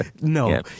No